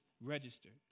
registered